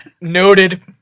Noted